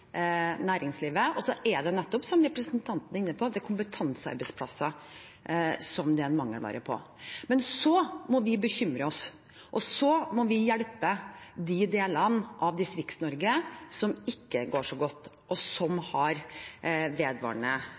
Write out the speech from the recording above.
næringslivet. Og så er det nettopp, som representanten var inne på, kompetansearbeidsplassene som mangler arbeidskraft. Så må vi bekymre oss og hjelpe de delene av Distrikts-Norge som ikke går så godt, og som har vedvarende